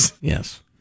Yes